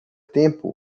tempo